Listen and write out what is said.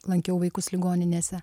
lankiau vaikus ligoninėse